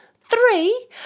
three